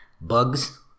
Bugs